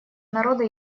народа